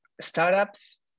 Startups